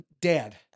Dad